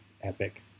epic